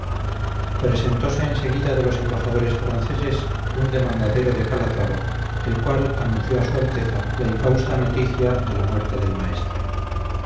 presentóse en seguida de los embajadores franceses un demandadero de calatrava el cual anunció a su alteza la infausta noticia de la muerte del maestre